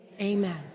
Amen